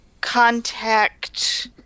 contact